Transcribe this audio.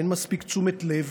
ואין מספיק תשומת לב,